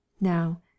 Now